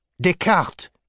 Descartes